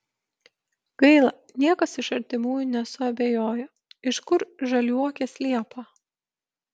gaila niekas iš artimųjų nesuabejojo iš kur žaliuokės liepą